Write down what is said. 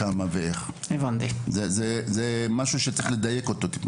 כמה ואיך זה משהו שצריך לדייק אותו טיפה.